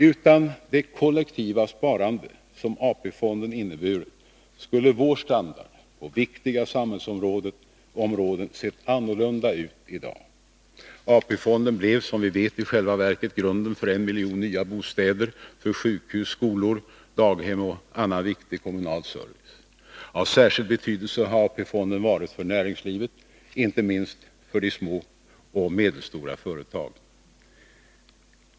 Utan det kollektiva sparande som AP-fonden inneburit skulle vår standard på viktiga samhällsområden ha sett annorlunda ut i dag. AP-fonden blev som vi vet i själva verket grunden för en miljon nya bostäder, för sjukhus, skolor, daghem och annan viktig kommunal service. Av särskild betydelse har AP-fonden varit för näringslivet, inte minst för de små och medelstora företagen.